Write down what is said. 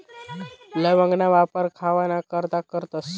लवंगना वापर खावाना करता करतस